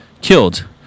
killed